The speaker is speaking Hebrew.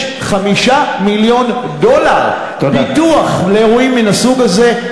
יש 5 מיליון דולר ביטוח לאירועים מן הסוג הזה.